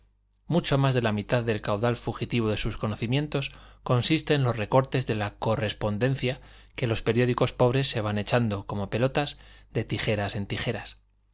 mucho más de la mitad del caudal fugitivo de sus conocimientos consiste en los recortes de la correspondencia que los periódicos pobres se van echando como pelotas de tijeras en tijeras